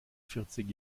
vierzig